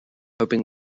hoping